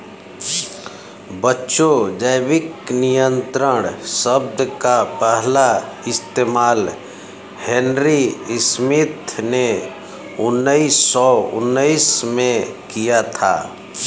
बच्चों जैविक नियंत्रण शब्द का पहला इस्तेमाल हेनरी स्मिथ ने उन्नीस सौ उन्नीस में किया था